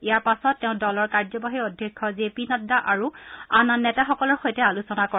ইয়াৰ পাছত তেওঁ দলৰ কাৰ্য্যবাহী অধ্যক্ষ জে পি নড্ডা আৰু আন আন নেতাসকলৰ সৈতে আলোচনা কৰে